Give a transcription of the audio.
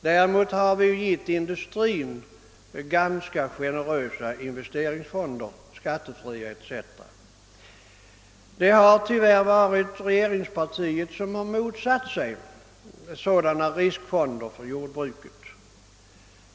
Däremot har man givit industrin ganska generösa skattefria investeringsfonder. Tyvärr har regeringspartiet motsatt sig sådana riskfonder för jordbruket.